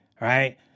right